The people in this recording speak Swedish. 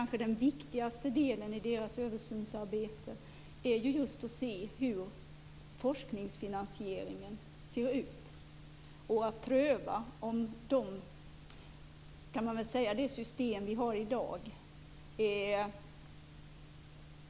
Den kanske viktigaste delen i deras översynsarbete är just att se hur forskningsfinansieringen ser ut och att pröva om det är tänkbart att behålla det system vi har i dag.